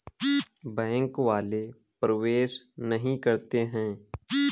Bank वाले प्रवेश नहीं करते हैं?